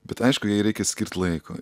bet aišku jai reikia skirt laiko